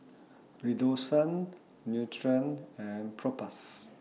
Redoxon Nutren and Propass